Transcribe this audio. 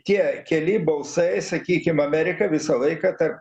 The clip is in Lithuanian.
tie keli balsai sakykim amerika visą laiką tarp